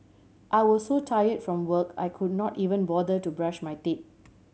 I was so tired from work I could not even bother to brush my teeth